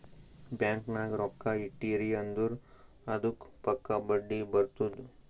bank ನಾಗ್ ರೊಕ್ಕಾ ಇಟ್ಟಿರಿ ಅಂದುರ್ ಅದ್ದುಕ್ ಪಕ್ಕಾ ಬಡ್ಡಿ ಬರ್ತುದ್